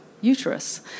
uterus